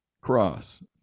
cross